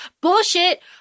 bullshit